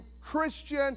Christian